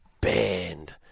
banned